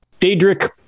Daedric